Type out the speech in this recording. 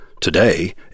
Today